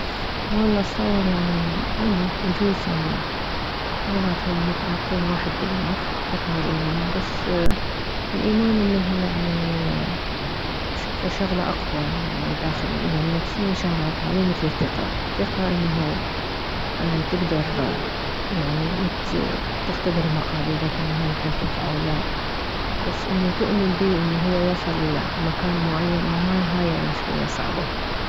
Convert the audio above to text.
والله اتصور يعني يعني يجوز يعني اثنيناتهم مترابطين واحد باللاخ الثقة والايمان بس الايمان انه يعني اشوفه شغلة اقوى يعني داخل انه يعني نفسيا شغلة اقوى مو مثل الثقة الثقة انه تكدر يعني تختبر المقابيلك انه محل ثقة او لا بس انه تؤمن بيه انه يوصل مكان معين هاي شوي صعبة